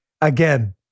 Again